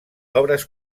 obres